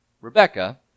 Rebecca